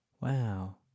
wow